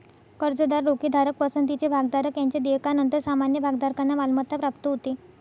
कर्जदार, रोखेधारक, पसंतीचे भागधारक यांच्या देयकानंतर सामान्य भागधारकांना मालमत्ता प्राप्त होते